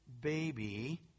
baby